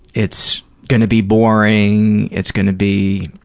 it's going to be boring, it's going to be